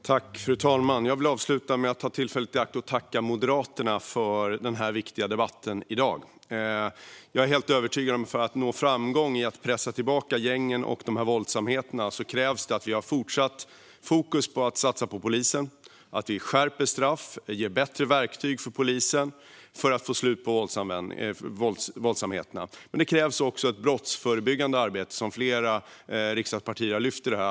Fru talman! Jag vill avsluta med att ta tillfället i akt att tacka Moderaterna för den viktiga debatten i dag. Jag är helt övertygad om att för att nå framgång i att pressa tillbaka gängen och våldsamheterna krävs det att vi har fortsatt fokus på att satsa på polisen och att vi skärper straff och ger bättre verktyg för polisen. Detta krävs för att få slut på våldsamheterna. Men det krävs också ett brottsförebyggande arbete, som flera riksdagspartier har lyft.